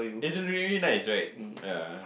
it's really really nice right ya